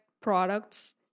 products